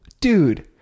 Dude